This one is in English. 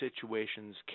situations